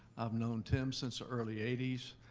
i've known tim since the early eighty s